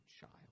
child